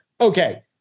okay